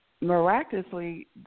miraculously –